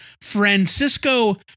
Francisco